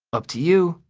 up to you.